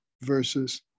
versus